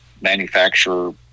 manufacturer